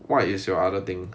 what is your other thing